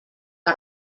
que